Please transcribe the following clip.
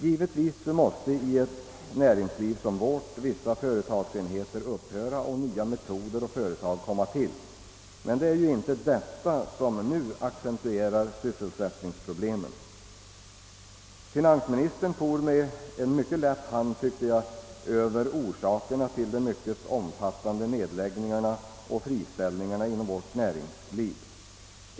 Givetvis måste i ett näringsliv som vårt företagsenheter upphöra och nya metoder och företag komma till. Men det är ju inte detta som nu accentuerar <sysselsättningsproblemen. Finansministern for med mycket lätt hand, tyckte jag, över orsakerna till de synnerligen omfattande nedläggningarna och friställningarna inom vårt näringsliv.